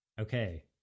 okay